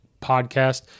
podcast